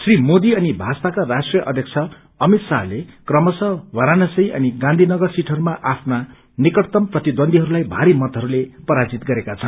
श्री मोदी अनि भजपाका राष्ट्रिय अध्यक्ष अमित शाहले क्रमशः वाराणसी अनि गांधी नगर सीटहरूमा आफ्नो निकटतम प्रतिद्वन्दीहरूलाई भारी मतहरूले पराजित गरेका छन्